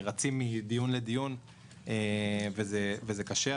רצים מדיון לדיון וזה קשה,